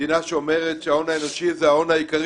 מדינה שאומרת שההון האנושי זה ההון העיקרי